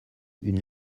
une